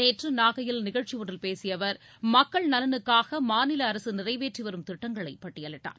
நேற்று நாகையில் நிகழ்ச்சி ஒன்றில் பேசிய அவர் மக்கள் நலனுக்காக மாநில அரசு நிறைவேற்றி வரும் திட்டங்களை பட்டியலிட்டார்